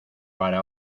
para